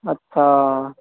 ਅੱਛਾ